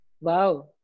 Wow